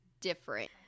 different